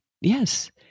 Yes